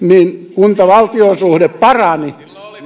kunta valtiosuhde parani